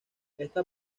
esta